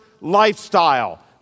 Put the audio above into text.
lifestyle